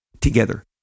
together